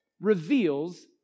reveals